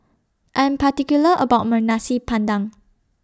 I Am particular about My Nasi Padang